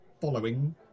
following